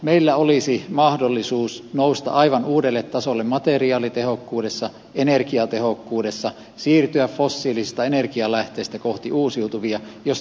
meillä olisi mahdollisuus nousta aivan uudelle tasolle materiaalitehokkuudessa energiatehokkuudessa siirtyä fossiilisista energianlähteistä kohti uusiutuvia jos tahtoa riittää